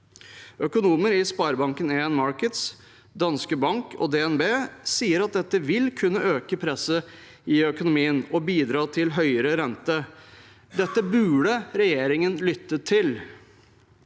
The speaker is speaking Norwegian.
Økonomer i SpareBank 1 Markets, Danske Bank og DNB sier at dette vil kunne øke presset i økonomien og bidra til høyere rente. Det burde regjeringen lytte til.